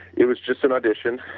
it was just an audition.